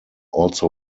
also